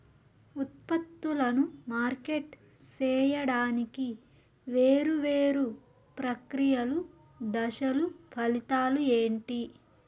ఉత్పత్తులను మార్కెట్ సేయడానికి వేరువేరు ప్రక్రియలు దశలు ఫలితాలు ఏంటి?